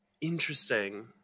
Interesting